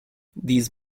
these